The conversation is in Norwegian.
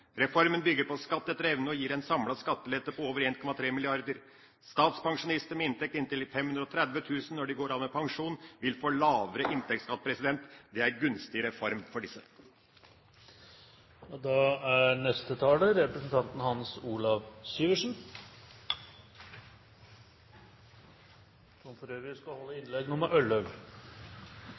Reformen bygger på skatt etter evne og gir en samlet skattelette på over 1,3 mrd. kr. Statspensjonister med inntekt inntil 530 000 kr når de går av med pensjon, vil få lavere inntektsskatt. Det er en gunstig reform for disse. Da er neste taler representanten Hans Olav Syversen, som for øvrig skal holde innlegg nummer